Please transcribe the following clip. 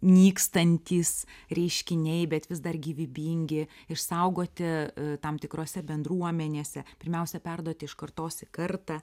nykstantys reiškiniai bet vis dar gyvybingi išsaugoti tam tikrose bendruomenėse pirmiausia perduoti iš kartos į kartą